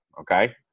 okay